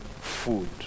food